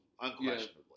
unquestionably